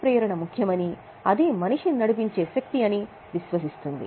ముఖ్యమని అదే మనిషిని నడిపించే శక్తి అని విశ్వసిస్తుంది